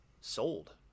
sold